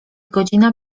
godzina